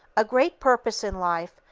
a great purpose in life,